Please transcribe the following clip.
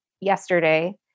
yesterday